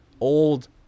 old